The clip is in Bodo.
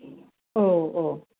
औ औ